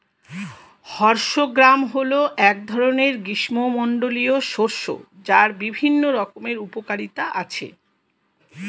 horse gram হল এক ধরনের গ্রীষ্মমণ্ডলীয় শস্য যার বিভিন্ন রকমের উপকারিতা আছে